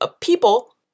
people